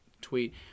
tweet